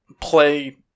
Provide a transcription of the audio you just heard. play